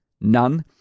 none